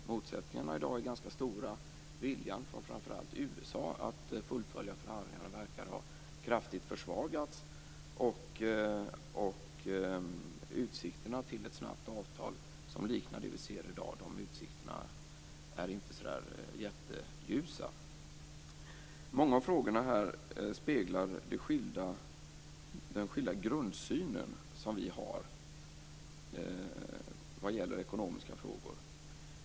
Motsättningarna är ganska stora i dag. Viljan från framför allt USA att fullfölja förhandlingarna verkar ha försvagats kraftigt. Utsikterna till ett snabbt avtal som liknar det vi ser i dag är inte så jätteljusa. Många av frågorna speglar den skilda grundsyn som vi har vad gäller ekonomiska frågor.